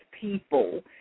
people